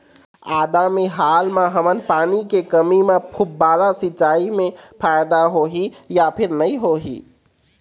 आदा मे हाल मा हमन पानी के कमी म फुब्बारा सिचाई मे फायदा होही या फिर नई होही?